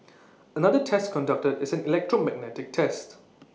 another test conducted is an electromagnetic test